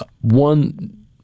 one